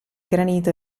granito